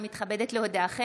אני מתכבדת להודיעכם,